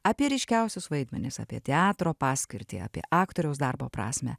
apie ryškiausius vaidmenis apie teatro paskirtį apie aktoriaus darbo prasmę